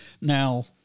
Now